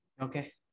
Okay